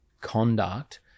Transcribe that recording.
conduct